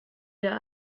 der